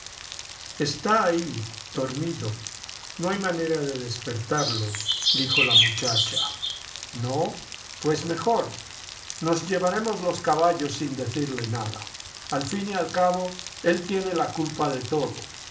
está ahí dormido no hay manera de despertarlo dijo la muchacha no pues mejor nos llevaremos los caballos sin decirle nada al fin y al cabo él tiene la culpa de todo